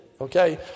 okay